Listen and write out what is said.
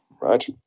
right